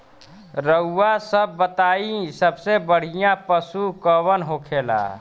रउआ सभ बताई सबसे बढ़ियां पशु कवन होखेला?